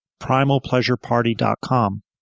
primalpleasureparty.com